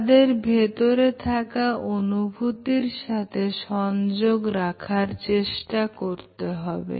তাদের ভেতরে থাকা অনুভূতির সাথে সংযোগ রাখার চেষ্টা করতে হবে